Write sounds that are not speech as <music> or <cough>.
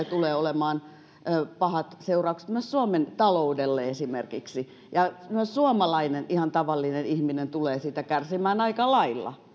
<unintelligible> tulee olemaan pahat seuraukset myös suomen taloudelle esimerkiksi ja myös suomalainen ihan tavallinen ihminen tulee siitä kärsimään aika lailla <unintelligible>